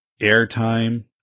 airtime